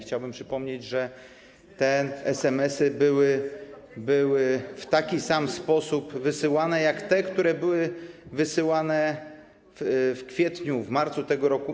Chciałbym przypomnieć, że te SMS-y były w taki sam sposób wysyłane jak te, które były wysyłane w kwietniu, w marcu tego roku.